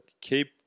keep